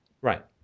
Right